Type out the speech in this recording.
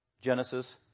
Genesis